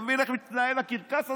אתה מבין איך מתנהל הקרקס הזה?